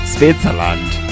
Switzerland